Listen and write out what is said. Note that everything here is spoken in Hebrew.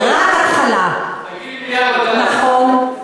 תודה, אדוני.